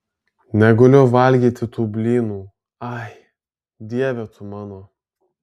negaliu valgyti tų blynų ai dieve tu mano